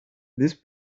this